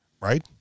right